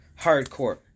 hardcore